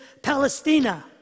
Palestina